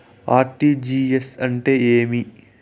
RTGS అంటే ఏమి